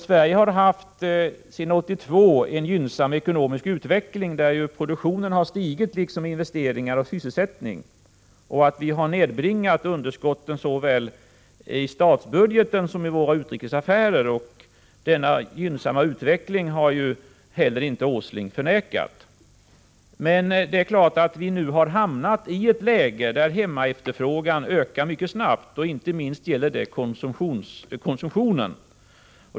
Sverige har sedan 1982 haft en gynnsam ekonomisk utveckling, där produktionen stigit, liksom investeringar och sysselsättning, och vi har nedbringat underskotten såväl i statsbudgeten som i våra utrikesaffärer. Denna gynnsamma utveckling har Åsling heller inte förnekat. Nu har vi emellertid hamnat i ett läge där hemmaefterfrågan ökar mycket snabbt, och inte minst gäller det konsumtionen.